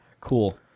Cool